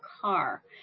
car